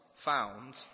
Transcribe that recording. found